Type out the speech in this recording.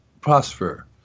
prosper